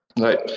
right